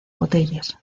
botellas